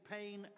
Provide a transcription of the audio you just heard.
pain